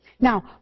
Now